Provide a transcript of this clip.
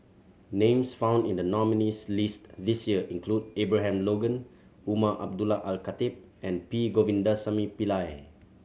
names found in the nominees' list this year include Abraham Logan Umar Abdullah Al Khatib and P Govindasamy Pillai